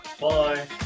bye